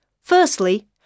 Firstly